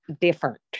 different